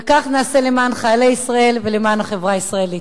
וכך נעשה למען חיילי ישראל ולמען החברה הישראלית.